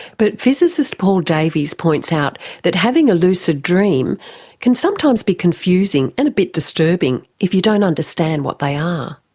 but physicist paul davies points out that having a lucid dream can sometimes be confusing and a bit disturbing if you don't understand what they are.